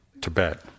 Tibet